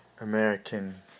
American